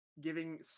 giving